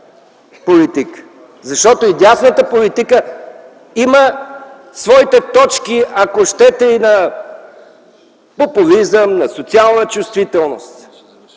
политика. Защото и дясната политика има своите точки, ако щете и на популизъм, на социална чувствителност.